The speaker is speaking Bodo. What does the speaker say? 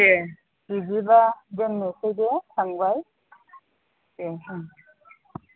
दे बिदिबा दोननोसै दे फंबाय दे ओं